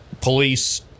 police